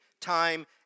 time